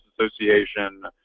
association